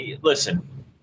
listen